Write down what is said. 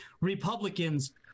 Republicans